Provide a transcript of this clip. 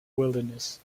wilderness